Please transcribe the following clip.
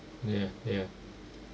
ya ya